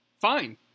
fine